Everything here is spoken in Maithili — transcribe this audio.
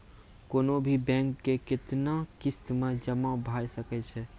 कोनो भी बीमा के कितना किस्त मे जमा भाय सके छै?